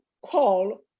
call